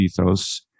ethos